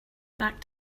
back